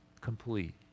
complete